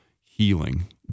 healing